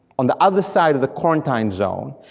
on the other side of the quarantine zone,